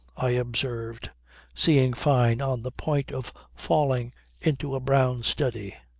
i observed seeing fyne on the point of falling into a brown study.